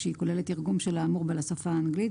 כשהיא כוללת תרגום של האמור בה לשפה האנגלית.